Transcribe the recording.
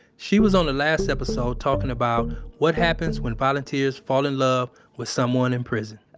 she was on the last episode talking about what happens when volunteers fall in love with someone in prison